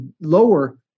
lower